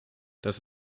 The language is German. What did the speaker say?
das